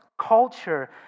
culture